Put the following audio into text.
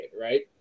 right